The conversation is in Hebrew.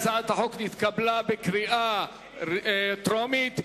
ההצעה להעביר את הצעת חוק הרבנות הראשית לישראל (תיקון,